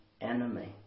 enemy